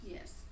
Yes